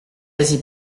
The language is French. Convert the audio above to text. quasi